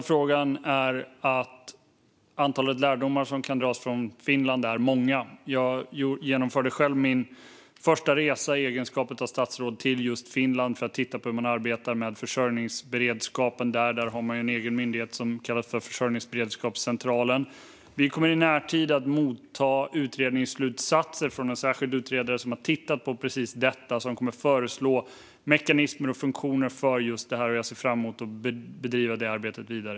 Fru talman! De lärdomar som kan dras av Finland är många. Jag gjorde min första resa i egenskap av statsråd till just Finland för att titta på hur man arbetar med försörjningsberedskapen där. Där har man en egen myndighet som kallas Försörjningsberedskapscentralen. Vi kommer i närtid att ta emot utredningsslutsatser från en särskild utredare som har tittat på precis detta och som kommer att föreslå mekanismer och funktioner för det. Jag ser fram emot att driva detta arbete vidare.